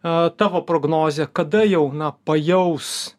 a tavo prognozė kada jau na pajaus